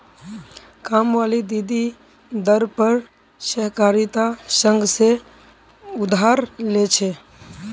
कामवाली दीदी दर पर सहकारिता संघ से उधार ले छे